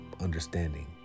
understanding